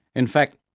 in fact,